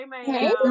Hey